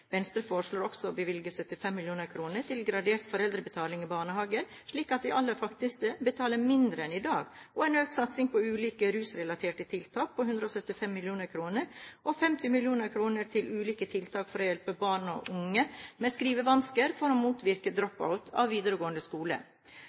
Venstre foreslår også å bevilge 75 mill. kr til gradert foreldrebetaling i barnehager, slik at de aller fattigste betaler mindre enn i dag, en økt satsing på ulike rusrelaterte tiltak på 175 mill. kr og 50 mill. kr til ulike tiltak for å hjelpe barn og unge med skrivevansker og for å motvirke